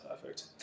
perfect